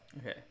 Okay